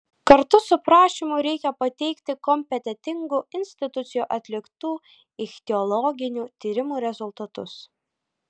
kartu su prašymu reikia pateikti kompetentingų institucijų atliktų ichtiologinių tyrimų rezultatus